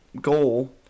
goal